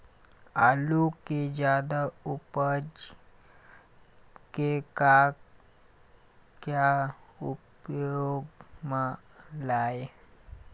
आलू कि जादा उपज के का क्या उपयोग म लाए?